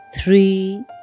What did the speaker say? three